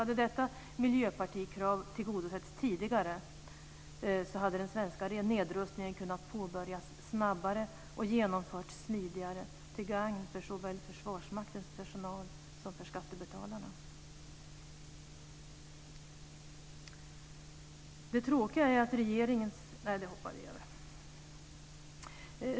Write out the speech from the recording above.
Hade detta Miljöpartikrav tillgodosetts tidigare hade den svenska nedrustningen kunnat påbörjas snabbare och genomföras smidigare till gagn såväl för Försvarsmaktens personal som för skattebetalarna.